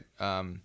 right